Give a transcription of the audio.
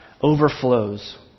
overflows